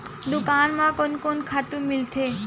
दुकान म कोन से खातु मिलथे?